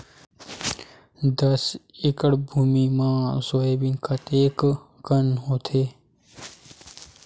दस एकड़ भुमि म सोयाबीन कतका कन होथे?